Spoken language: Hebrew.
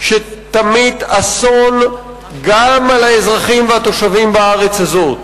שתמיט אסון גם על האזרחים והתושבים בארץ הזאת.